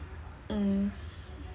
mm